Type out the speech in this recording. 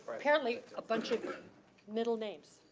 apparently a bunch of middle names.